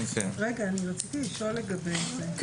רציתי לשאול לגבי זה,